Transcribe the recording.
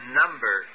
number